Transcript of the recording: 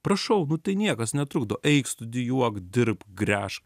prašau nu tai niekas netrukdo eik studijuok dirbk gręžk